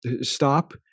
stop